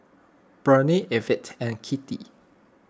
Bernie Evette and Kitty